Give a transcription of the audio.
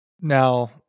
Now